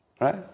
right